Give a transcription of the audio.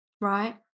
Right